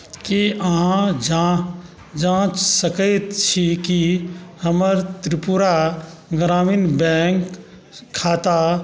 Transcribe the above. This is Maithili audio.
कि अहाँ जाँच सकैत छी कि हमर त्रिपुरा ग्रामीण बैँक खाता